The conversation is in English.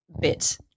bit